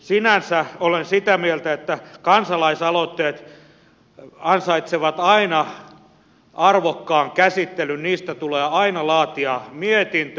sinänsä olen sitä mieltä että kansalaisaloitteet ansaitsevat aina arvokkaan käsittelyn niistä tulee aina laatia mietintö